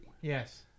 Yes